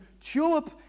tulip